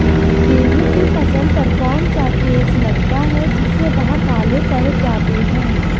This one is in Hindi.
गेहूँ की फसल पर कौन सा केस लगता है जिससे वह काले पड़ जाते हैं?